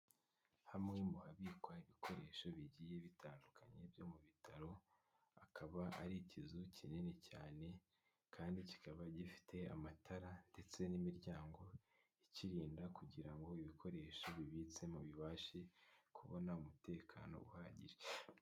Hamwe mu habikwa ibikoresho bigiye bitandukanye byo mu bitaro, hakaba ari ikizu kinini cyane kandi kikaba gifite amatara ndetse n'imiryango, ikirinda kugira ngo ibikoresho bibitsemo bibashe kubona umutekano uhagije.